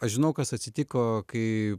aš žinau kas atsitiko kai